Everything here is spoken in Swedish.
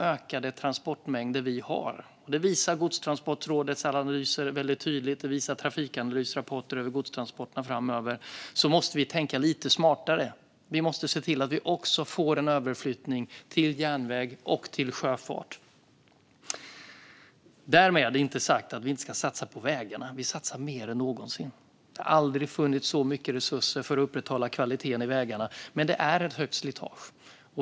Godstransportrådets analyser och Trafikanalys rapporter över godstransporterna framöver visar tydligt på ökade transportmängder, och då måste vi tänka lite smartare. Vi måste se till att vi också får en överflyttning till järnväg och sjöfart. Därmed inte sagt att vi inte ska satsa på vägarna. Vi satsar mer än någonsin. Det har aldrig funnits så mycket resurser för att upprätthålla kvaliteten på vägarna, men det är ett högt slitage.